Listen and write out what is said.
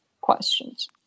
questions